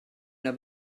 una